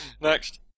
Next